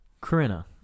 Corinna